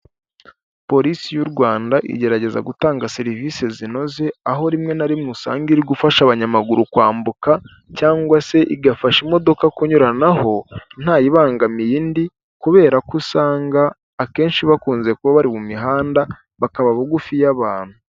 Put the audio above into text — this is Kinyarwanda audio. Polisi y'u Rwanda igerageza gutanga serivisi zinoze, aho rimwe na rimwe usanga iri gufasha abanyamaguru kwambuka cyangwa se igafasha imodoka kunyuranaho ntayibangamiye indi kubera ko usanga akenshi bakunze kuba bari mu mihanda, bakaba bugufi y'abantu.